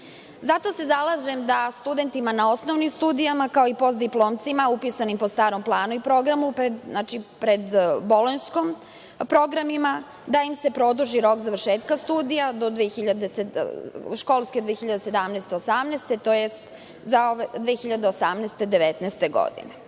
se zalažem da studentima na osnovnim studijama, kao i postdiplomcima upisanim po starom planu i programu, znači pred bolonjskim programima, da im se produži rok završetka studija do školske 2017/2018, tj. 2018/2019. godine.